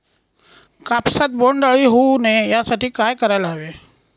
कापसात बोंडअळी होऊ नये यासाठी काय करायला हवे?